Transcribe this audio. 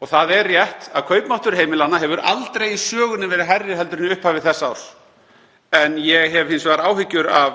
já. Það er rétt að kaupmáttur heimilanna hefur aldrei í sögunni verið hærri en í upphafi þessa árs. Ég hef hins vegar áhyggjur af